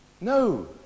No